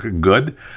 good